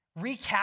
recap